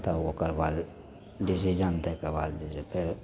तब ओकरबाद डिसिजन दै के बाद जे छै से फेर